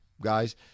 guys